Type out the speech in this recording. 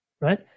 Right